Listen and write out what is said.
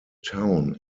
town